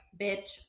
bitch